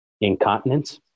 incontinence